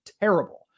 terrible